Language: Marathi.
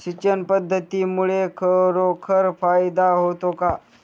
सिंचन पद्धतीमुळे खरोखर फायदा होतो का?